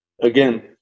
again